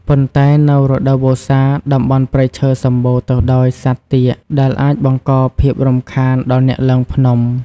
ប៉ុន្តែនៅរដូវវស្សា តំបន់ព្រៃឈើសម្បូរទៅដោយសត្វទាក ដែលអាចបង្កភាពរំខានដល់អ្នកឡើងភ្នំ។